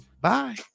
bye